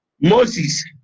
Moses